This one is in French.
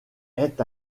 est